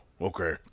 okay